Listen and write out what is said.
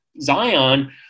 Zion